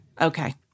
Okay